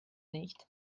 nicht